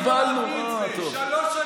שלוש שנים היית יכול להביא את זה.